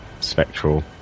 spectral